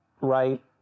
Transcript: right